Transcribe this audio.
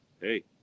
Hey